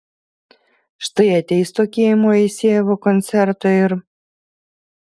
štai ateis tokie į moisejevo koncertą ir